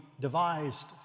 devised